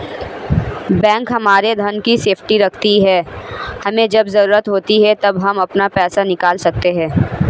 bank हमारे धन की सेफ्टी रखती है हमे जब जरूरत होती है तब हम अपना पैसे निकल सकते है